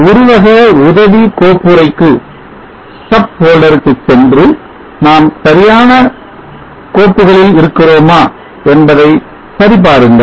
உருவக உதவி கோப்புறைக்கு சென்று நாம் சரியான போட்டி சரியான கோப்புகளில் இருக்கிறோமா என்பதை சரி பாருங்கள்